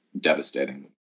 devastating